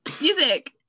Music